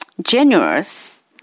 generous